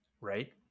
Right